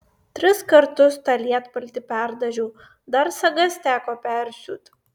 tris kartus tą lietpaltį perdažiau dar sagas teko persiūt